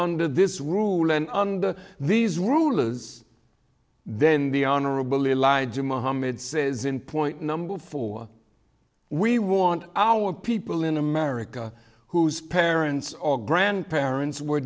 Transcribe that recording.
under this rule and under these rulers then the honorable elijah mohammed says in point number four we want our people in america whose parents or grandparents were